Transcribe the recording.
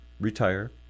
retire